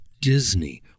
Disney